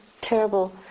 terrible